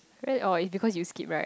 oh is because you skip right